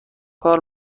کار